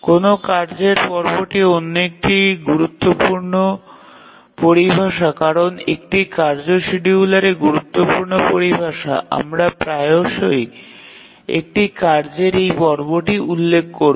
কোনও কার্যের পর্বটি অন্য একটি গুরুত্বপূর্ণ পরিভাষা কারণ এটি কার্য শিডিউলারে গুরুত্বপূর্ণ পরিভাষা আমরা প্রায়শই একটি কার্যের এই পর্বটি উল্লেখ করব